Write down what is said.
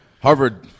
Harvard